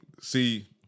See